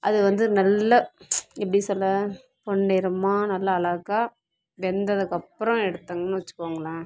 அது வந்து நல்ல எப்படி சொல்ல பொன் நிறமாக நல்ல அழகாக வெந்ததுக்கப்புறம் எடுத்தங்கன்னு வச்சுக்கோங்களேன்